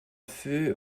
feu